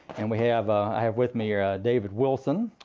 and we have, i have with me here ah david wilson.